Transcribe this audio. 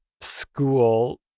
school